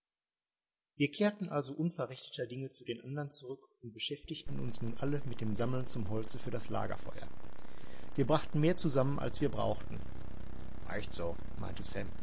wir kehrten also unverrichteter dinge zu den andern zurück und beschäftigten uns nun alle mit dem sammeln zum holze für das lagerfeuer wir brachten mehr zusammen als wir brauchten recht so meinte